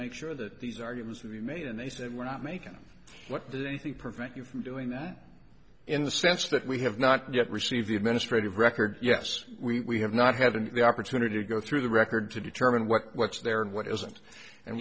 make sure that these arguments to be made and they said we're not making what did anything prevent you from doing that in the sense that we have not yet received the administrative record yes we have not had an opportunity to go through the record to determine what's there and what isn't and